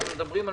אנחנו מדברים על